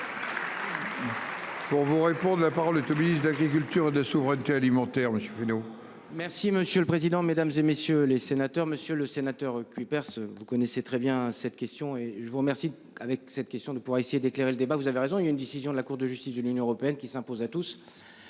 Pour vous répondre. La parole est oblige d'agricole. Il y aura de souveraineté alimentaire, monsieur Fesneau. Merci monsieur le président, Mesdames, et messieurs les sénateurs, Monsieur le Sénateur Cuypers, vous connaissez très bien cette question et je vous remercie. Avec cette question de pour essayer d'éclairer le débat, vous avez raison, il y a une décision de la Cour de justice de l'Union européenne qui s'impose à tous.